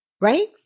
Right